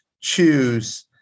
choose